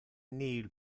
nihil